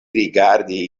rigardi